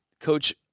Coach